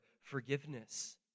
forgiveness